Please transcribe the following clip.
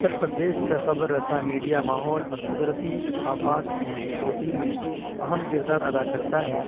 اتر پردیش کا خبر رساں میڈیا ماحول اور قدرتی آفات کی رپوٹنگ میں اہم کردار ادا کرتا ہے